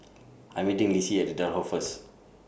I'm meeting Lissie At The Daulat First